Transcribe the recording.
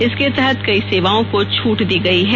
इसके तहत कई सेवाओं को छूट दी गई है